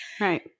Right